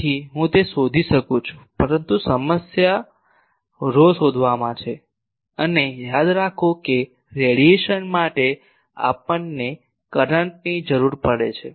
તેથી હું તે શોધી શકું છું પરંતુ સમસ્યા રહો શોધવામાં છે અને યાદ રાખો કે રેડિયેશન માટે આપણને કરંટ ની જરૂર પડે છે